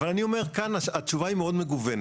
אבל אני אומר כאן התשובה מאוד מגוונת.